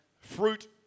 fruit